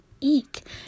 eek